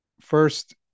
First